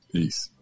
Peace